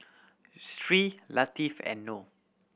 Sri Latifa and Noh